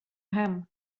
hem